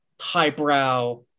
highbrow